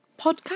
podcast